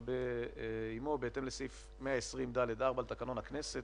היום 10 במאי, ט"ז באייר התש"ף.